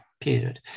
period